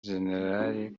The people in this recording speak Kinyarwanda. gen